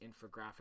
infographic